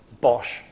Bosch